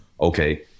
okay